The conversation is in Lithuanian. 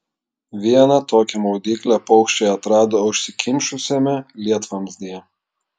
vieną tokią maudyklę paukščiai atrado užsikimšusiame lietvamzdyje